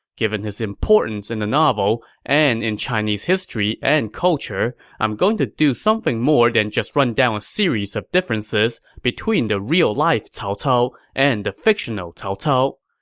given his importance in the novel and in chinese history and culture, i am going to do something more than just run down a series of differences between the real-life cao cao and the fictional cao cao.